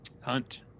Hunt